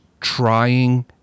trying